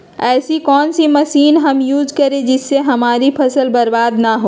ऐसी कौन सी मशीन हम यूज करें जिससे हमारी फसल बर्बाद ना हो?